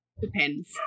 depends